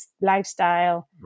lifestyle